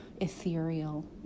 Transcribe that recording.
ethereal